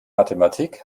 mathematik